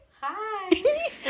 Hi